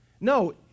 No